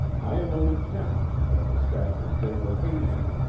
i am a lieutenant, of the staff of general hazen.